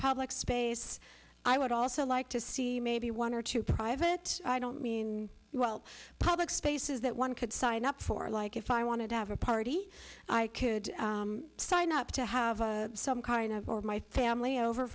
public space i would also like to see maybe one or two private i don't mean well public spaces that one could sign up for like if i wanted to have a party i could sign up to have some kind of my family over